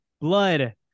Blood